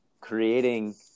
creating